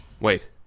Wait